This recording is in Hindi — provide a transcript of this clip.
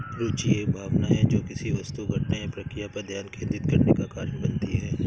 रूचि एक भावना है जो किसी वस्तु घटना या प्रक्रिया पर ध्यान केंद्रित करने का कारण बनती है